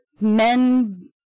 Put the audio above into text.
men